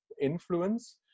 influence